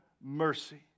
mercy